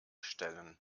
stellen